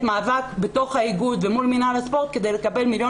מאבק בתוך האיגוד ומול מינהל הספורט כדי לקבל מיליון